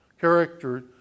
character